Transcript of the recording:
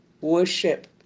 worship